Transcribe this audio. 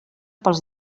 pels